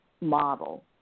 model